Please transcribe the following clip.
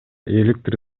электр